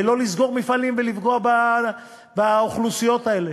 ולא לסגור מפעלים ולפגוע באוכלוסיות האלה.